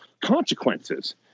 consequences